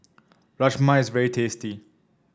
rajma is very tasty